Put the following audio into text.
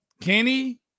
Kenny